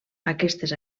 aquestes